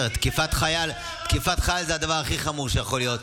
תקיפת חייל זה הדבר הכי חמור שיכול להיות,